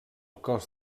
cos